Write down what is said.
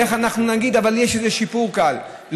איך אנחנו נגיד: אבל יש איזה שיפור קל.